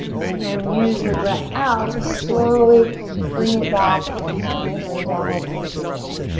and then use your breath out to slowly bring it back. i'll meet you in downward facing dog.